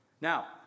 Now